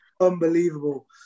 unbelievable